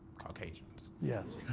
caucasians? yes.